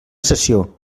sessió